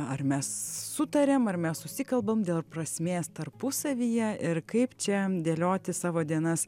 ar mes sutariam ar mes susikalbam dėl prasmės tarpusavyje ir kaip čia dėlioti savo dienas